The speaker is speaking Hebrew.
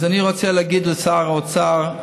אז אני רוצה להגיד לשר האוצר,